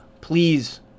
Please